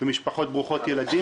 ובמשפחות ברוכות ילדים.